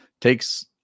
takes